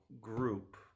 group